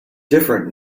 different